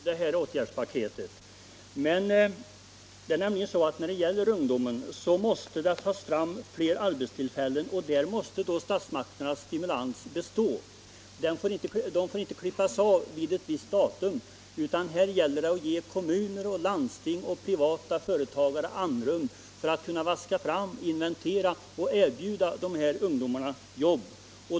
Herr talman! Jag känner till åtgärdspaketet. Men när det gäller ungdomen måste det tas fram fler arbetstillfällen, och där måste statsmakternas stimulans bestå; den får inte klippas av vid ett visst datum. Här gäller det att ge kommuner, landsting och privata företagare andrum för att inventera möjligheterna och vaska fram jobb åt ungdomarna.